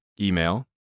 email